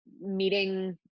meeting